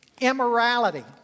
Immorality